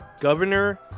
governor